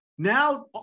Now